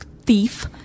thief